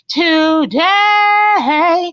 today